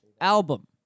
album